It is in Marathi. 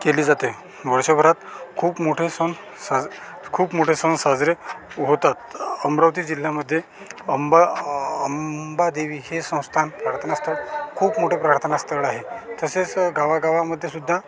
केली जाते वर्षभरात खूप मोठे सण साज खूप मोठे सण साजरे होतात अमरावती जिल्ह्यामध्ये अंबा अंबादेवी हे संस्थान प्रार्थनास्थळ खूप मोठे प्रार्थना स्थळ आहे तसेच गावागावांमध्ये सुद्धा